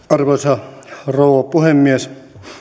arvoisa rouva puhemies